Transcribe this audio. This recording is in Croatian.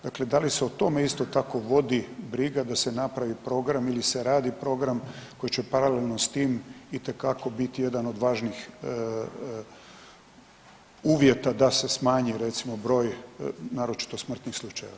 Dakle, da li se o tome isto tako vodi briga da se napravi program ili se radi program koji će paralelno s tim itekako biti jedan od važnih uvjeta da se smanji recimo broj naročito smrtnih slučajeva.